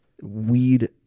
weed